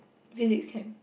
physics chem